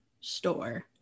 store